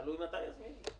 תלוי מתי יזמינו.